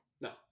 No